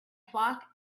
flock